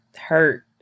hurt